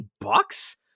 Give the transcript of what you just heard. bucks